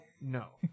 no